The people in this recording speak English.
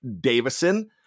Davison